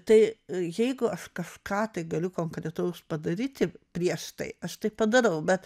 tai jeigu aš ką tai galiu konkretaus padaryti prieš tai aš tai padarau bet